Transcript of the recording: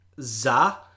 Za